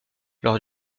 lors